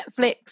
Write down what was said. Netflix